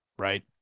Right